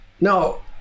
Now